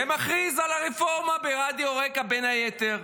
ומכריז על הרפורמה ברדיו רק"ע, בין היתר,